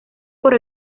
por